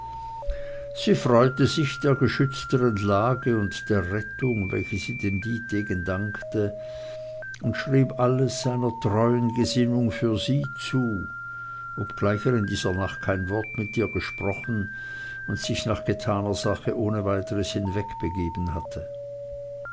sie freute sich der geschützteren lage und der rettung welche sie dem dietegen dankte und schrieb alles seiner treuen gesinnung für sie zu obgleich er in dieser nacht kein wort mit ihr gesprochen und sich nach getaner sache ohne weiteres hinwegbegeben hatte